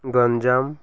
Ganjam